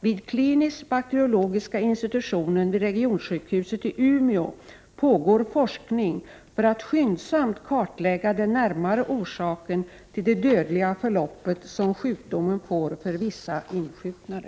Vid kliniskbakteriologiska institutionen vid regionsjukhuset i Umeå pågår forskning för att skyndsamt kartlägga den närmare orsaken till det dödliga förloppet som sjukdomen får för vissa insjuknade.